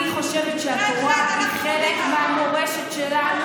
אני חושבת שהתורה היא חלק מהמורשת שלנו,